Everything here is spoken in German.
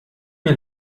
mir